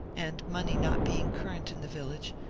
and money not being current in the village,